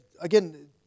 again